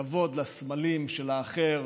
הכבוד לסמלים של האחר